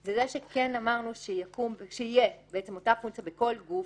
זה שאמרנו שתהיה אותה פונקציה בכל גוף